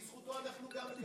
בזכותו אנחנו גם כאן.